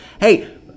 Hey